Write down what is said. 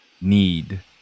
need